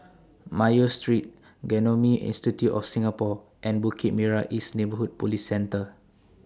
Mayo Street Genome Institute of Singapore and Bukit Merah East Neighbourhood Police Centre